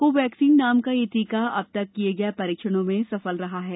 Covaxin नाम का यह टीका अब तक किये गये परीक्षणों में सफल रहा है